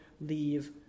leave